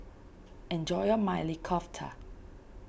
enjoy your Maili Kofta